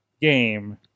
game